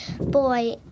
boy